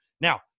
Now